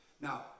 Now